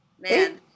man